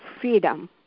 freedom